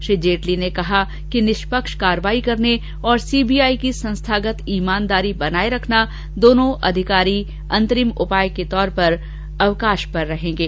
श्री जेटली ने कहा कि निष्पक्ष कार्रवाई करने और सी बी आई की संस्थागत ईमानदारी बनाये रखने के लिए दोनों अधिकारी अंतरिम उपाय के तौर पर अवकाश पर रहेंगे